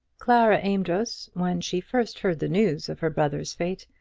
clara amedroz, when she first heard the news of her brother's fate,